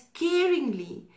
caringly